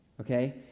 okay